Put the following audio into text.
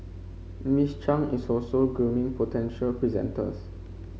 Miss Chang is also grooming potential presenters